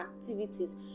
activities